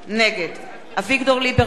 נגד אביגדור ליברמן,